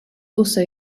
also